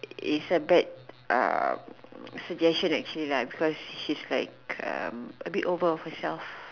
is a bad um suggestion actually lah because she is like um abit over of herself